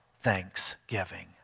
thanksgiving